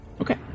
okay